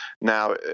Now